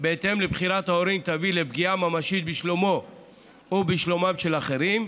בהתאם לבחירת ההורים תביא לפגיעה ממשית בשלומו או בשלומם של אחרים,